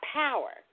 power